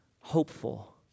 hopeful